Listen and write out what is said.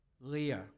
Leah